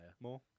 More